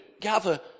gather